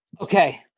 Okay